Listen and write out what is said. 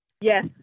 Yes